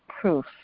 proof